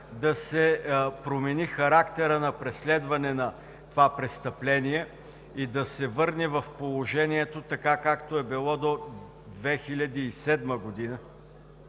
да се промени характерът на преследване на това престъпление и да се върне в положението така, както е било до 2010 г.